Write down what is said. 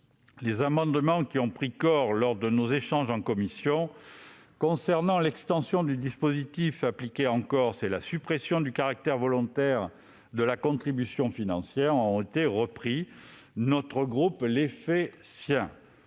Les amendements qui ont pris corps lors de nos échanges en commission, concernant l'extension du dispositif appliqué en Corse et la suppression du caractère volontaire de la contribution financière, ont été repris. Notre groupe les fait siens.